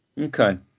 okay